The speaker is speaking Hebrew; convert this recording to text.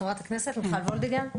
חברת הכנסת מיכל וולדיגר.